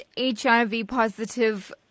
HIV-positive